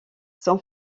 son